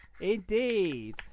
indeed